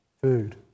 Food